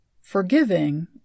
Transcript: forgiving